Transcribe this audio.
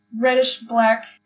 reddish-black